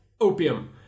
opium